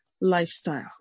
lifestyle